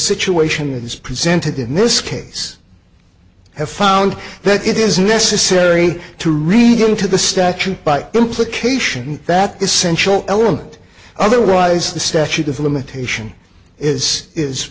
situations presented in this case have found that it is necessary to read into the statute by implication that essential element otherwise the statute of limitation is is